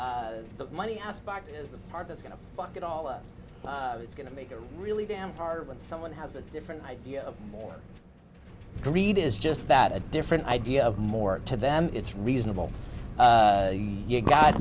but money aspect is the part that's going to fuck it all up it's going to make it really damn hard when someone has a different idea of greed is just that a different idea of more to them it's reasonable you go